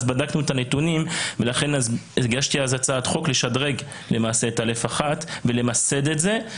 אז בדקנו את הנתונים ולכן הגשתי אז הצעת חוק לשדרג את א'1 ולמסד את זה.